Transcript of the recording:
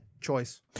choice